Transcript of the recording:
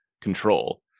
control